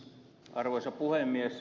arvoisa puhemies